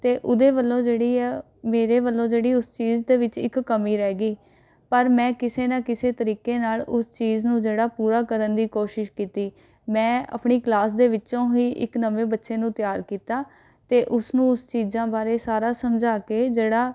ਅਤੇ ਉਹਦੇ ਵੱਲੋਂ ਜਿਹੜੀ ਹੈ ਮੇਰੇ ਵੱਲੋਂ ਜਿਹੜੀ ਉਸ ਚੀਜ਼ ਦੇ ਵਿੱਚ ਇੱਕ ਕਮੀ ਰਹਿ ਗਈ ਪਰ ਮੈਂ ਕਿਸੇ ਨਾ ਕਿਸੇ ਤਰੀਕੇ ਨਾਲ ਉਸ ਚੀਜ਼ ਨੂੰ ਜਿਹੜਾ ਪੂਰਾ ਕਰਨ ਦੀ ਕੋਸ਼ਿਸ਼ ਕੀਤੀ ਮੈਂ ਆਪਣੀ ਕਲਾਸ ਦੇ ਵਿੱਚੋਂ ਹੀ ਇੱਕ ਨਵੇਂ ਬੱਚੇ ਨੂੰ ਤਿਆਰ ਕੀਤਾ ਅਤੇ ਉਸਨੂੰ ਉਸ ਚੀਜ਼ਾਂ ਬਾਰੇ ਸਾਰਾ ਸਮਝਾ ਕੇ ਜਿਹੜਾ